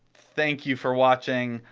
thank you for watching,